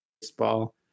baseball